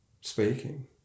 speaking